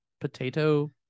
potato